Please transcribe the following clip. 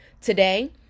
Today